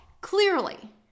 clearly